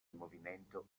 movimento